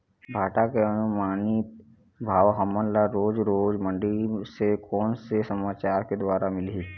भांटा के अनुमानित भाव हमन ला रोज रोज मंडी से कोन से समाचार के द्वारा मिलही?